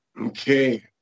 Okay